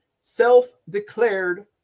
self-declared